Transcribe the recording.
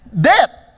death